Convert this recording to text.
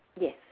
Yes